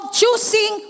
choosing